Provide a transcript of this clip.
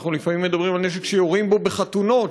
אנחנו לפעמים מדברים על נשק שיורים בו בחתונות.